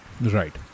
Right